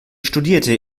studierte